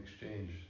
exchange